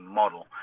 model